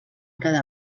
cada